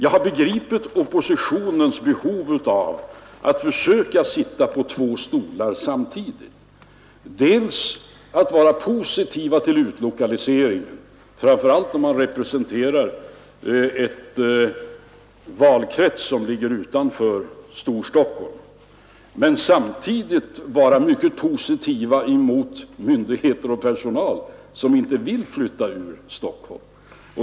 Jag begriper oppositionens behov av att försöka sitta på två stolar samtidigt, dels att vara positiv till utlokaliseringen, framför allt om man representerar en valkrets som ligger utanför Storstockholm, dels att samtidigt vara mycket positiv mot myndigheter och personal som inte vill flytta från Stockholm.